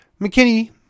McKinney